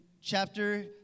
chapter